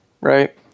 right